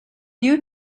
you